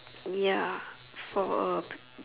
ya for a